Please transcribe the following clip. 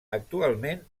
actualment